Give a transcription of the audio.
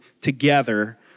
together